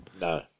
No